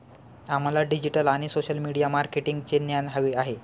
आम्हाला डिजिटल आणि social media मार्केटिंगचे ज्ञान हवे आहे